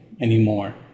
anymore